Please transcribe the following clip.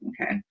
Okay